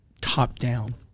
top-down